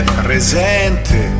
presente